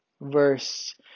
Verse